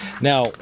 Now